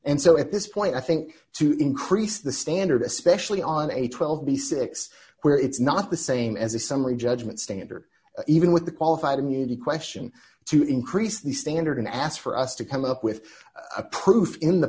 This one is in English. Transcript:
and so at this point i think to increase the standard especially on a twelve b six where it's not the same as a summary judgment standard even with the qualified immunity question to increase the standard asked for us to come up with a proof in the